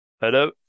Hello